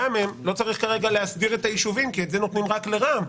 לא צריך כרגע להסדיר את היישובים כי את זה נותנים רק לרע"מ,